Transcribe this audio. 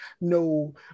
no